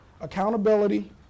accountability